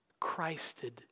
Christed